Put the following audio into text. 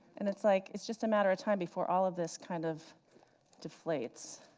and it's like, it's just a matter of time before all of this kind of deflates.